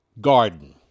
garden